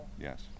Yes